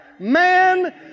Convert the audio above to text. Man